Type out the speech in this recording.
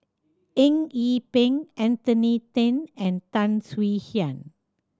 Eng Yee Peng Anthony Then and Tan Swie Hian